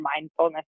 mindfulness